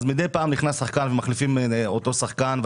אז מידי פעם נכנס שחקן ומחליפים אותו שחקן,